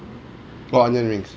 one onion rings